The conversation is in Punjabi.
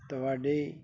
ਤੁਹਾਡੀ